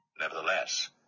Nevertheless